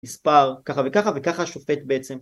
מספר ככה וככה וככה שופט בעצם